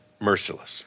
merciless